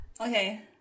okay